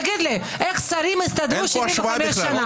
איך שרים הסתדרו 75 שנה?